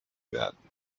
werden